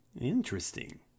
Interesting